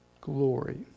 glory